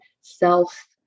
self